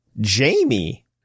Jamie